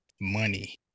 money